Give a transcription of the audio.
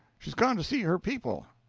she's gone to see her people.